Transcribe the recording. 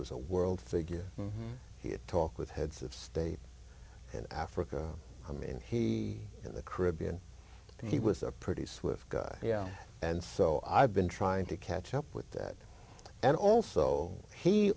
was a world figure he had a talk with heads of state in africa i mean he in the caribbean he was a pretty swift guy yeah and so i've been trying to catch up with that and also he